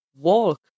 walk